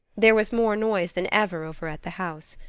there was more noise than ever over at the house.